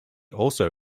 also